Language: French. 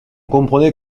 comprenait